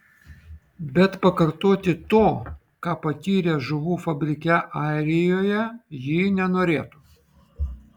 bet pakartoti to ką patyrė žuvų fabrike airijoje ji nenorėtų